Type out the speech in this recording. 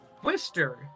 Twister